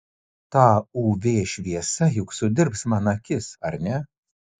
ta uv šviesa juk sudirbs man akis ar ne